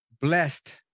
blessed